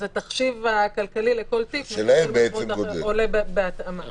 אז התחשיב הכלכלי לכל תיק עולה בהתאמה.